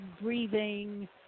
breathing